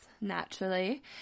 naturally